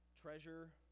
treasure